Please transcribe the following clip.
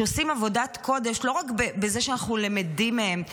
שעושים עבודת קודש לא רק בזה שאנחנו למדים מהם,